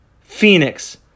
Phoenix